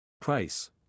Price